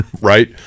right